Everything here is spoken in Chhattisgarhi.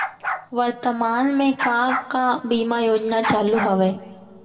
वर्तमान में का का बीमा योजना चालू हवये